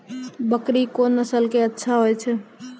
बकरी कोन नस्ल के अच्छा होय छै?